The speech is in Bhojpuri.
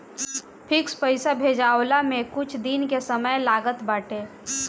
फिक्स पईसा भेजाववला में कुछ दिन के समय लागत बाटे